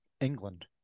England